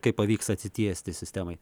kaip pavyks atsitiesti sistemai